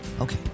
Okay